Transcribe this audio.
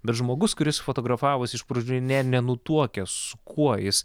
bet žmogus kuris fotografavosi iš pradžių nė nenutuokia su kuo jis